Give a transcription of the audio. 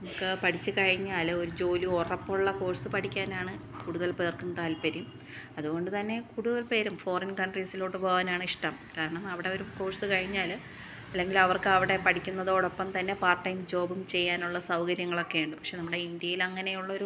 നമുക്ക് പഠിച്ച് കഴിഞ്ഞാൽ ഒരു ജോലി ഉറപ്പുള്ള കോഴ്സ് പഠിക്കാനാണ് കൂടുതൽ പേർക്കും താത്പര്യം അതുകൊണ്ട് തന്നെ കൂടുതൽ പേരും ഫോറിൻ കൺട്രീസിലോട്ട് പോകാനാണ് ഇഷ്ടം കാരണം അവിടെ ഒരു കോഴ്സ് കഴിഞ്ഞാൽ അല്ലെങ്കിൽ അവർക്ക് അവിടെ പഠിക്കുന്നതോടൊപ്പം തന്നെ പാർട്ട് ടൈം ജോബും ചെയ്യാനുള്ള സൗകര്യങ്ങൾ ഒക്കെ ഉണ്ട് പക്ഷെ നമ്മുടെ ഇന്ത്യയിൽ അങ്ങനെ ഉള്ളൊരു